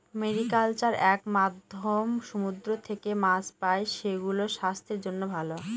mariculture এর মাধ্যমে সমুদ্র থেকে মাছ পাই, সেগুলো স্বাস্থ্যের জন্য ভালো